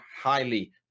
highly